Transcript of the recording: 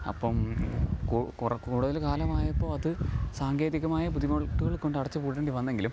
അപ്പം കുറെ കൂടുതൽ കാലം ആയപ്പം അത് സാങ്കേതികമായ ബുദ്ധിമുട്ടുകൾ കൊണ്ട് അടച്ച് പൂട്ടേണ്ടി വന്നെങ്കിലും